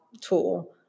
tool